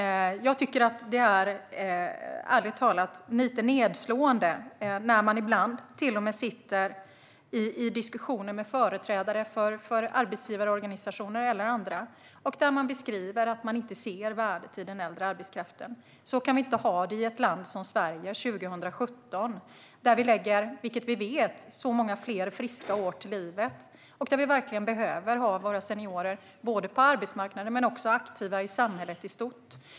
Jag tycker ärligt talat att det är lite nedslående när man ibland till och med sitter i diskussioner med företrädare för arbetsgivarorganisationer eller andra och man där beskriver att man inte ser värdet i den äldre arbetskraften. Så kan vi inte ha det i ett land som Sverige 2017, där vi vet att vi lägger många fler friska år till livet och där vi verkligen behöver ha våra seniorer både på arbetsmarknaden och aktiva i samhället i stort.